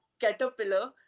caterpillar